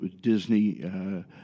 Disney